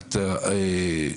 את עצמך.